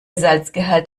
salzgehalt